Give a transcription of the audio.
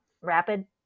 rapid